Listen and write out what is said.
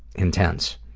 intense.